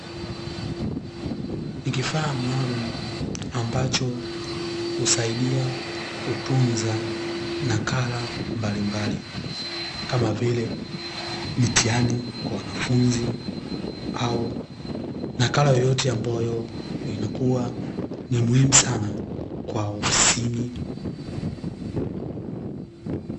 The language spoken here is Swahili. Ni kifaa maalumu ambacho husaidia kutunza nakala mbalimbali, kama vile; mitihani kwa wanafunzi au nakala yoyote ambayo inakuwa ni muhimu sana kwa ofisini.